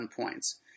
points